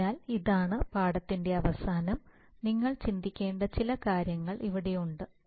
അതിനാൽ അതാണ് പാഠത്തിന്റെ അവസാനം നിങ്ങൾ ചിന്തിക്കേണ്ട ചില കാര്യങ്ങൾ ഇവിടെയുണ്ട്